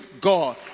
God